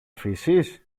αφήσεις